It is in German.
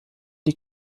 die